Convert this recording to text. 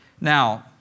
Now